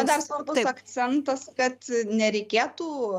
dar svarbus akcentas kad nereikėtų